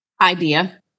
idea